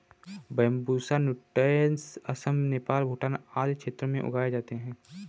Bambusa nutans Assam, Nepal, Bhutan आदि क्षेत्रों में उगाए जाते है